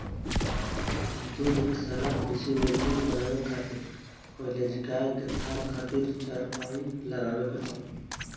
दुग्धशाला कृषि में दूध बनावे खातिर पहिले गाय के थान खातिर चार पाइप लगावे के पड़ी